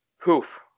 poof